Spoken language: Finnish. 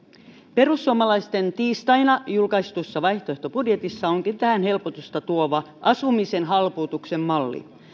perussuomalaisten tiistaina julkaistussa vaihtoehtobudjetissa onkin tähän helpotusta tuova asumisen halpuutuksen malli